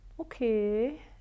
okay